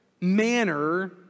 manner